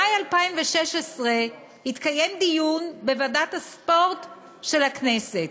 במאי 2016 התקיים דיון בוועדת הספורט של הכנסת,